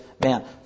man